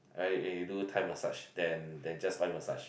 you you do Thai massage than than just oil massage